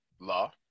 Law